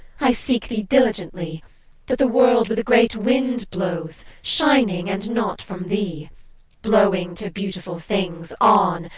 i seek thee diligently but the world with a great wind blows, shining, and not from thee blowing to beautiful things, on,